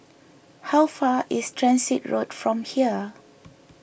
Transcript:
how far is Transit Road from here